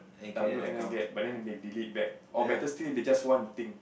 download and then get but then they delete back or better still they just want the thing